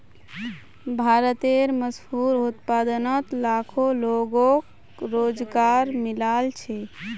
भारतेर मशहूर उत्पादनोत लाखों लोगोक रोज़गार मिलाल छे